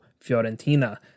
Fiorentina